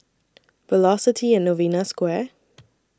Velocity and Novena Square